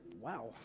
Wow